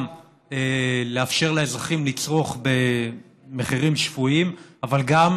גם לאפשר לאזרחים לצרוך במחירים שפויים, אבל גם